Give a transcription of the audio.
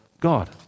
God